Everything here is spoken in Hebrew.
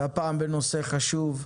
והפעם בנושא חשוב,